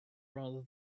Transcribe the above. rather